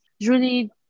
julie